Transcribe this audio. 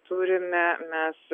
turime mes